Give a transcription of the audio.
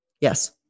Yes